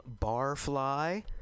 Barfly